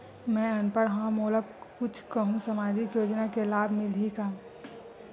मैं अनपढ़ हाव मोला कुछ कहूं सामाजिक योजना के लाभ मिलही का?